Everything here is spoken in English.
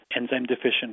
enzyme-deficient